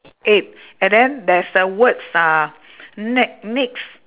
eight and then there's a words uh ne~ next